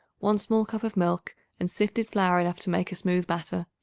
one small cup of milk and sifted flour enough to make a smooth batter.